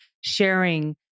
sharing